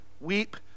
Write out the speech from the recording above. weep